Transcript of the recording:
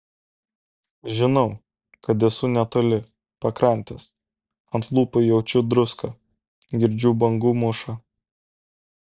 žinau kad esu netoli pakrantės ant lūpų jaučiu druską girdžiu bangų mūšą